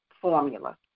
formula